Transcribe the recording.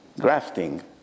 Grafting